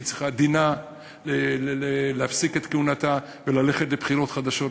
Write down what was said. דינה להפסיק את כהונתה וללכת לבחירות חדשות.